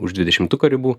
už dvidešimtuko ribų